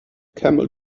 camel